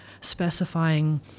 specifying